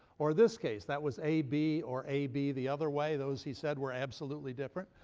or this case. that was ab or ab the other way. those he said were absolutely different.